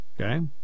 Okay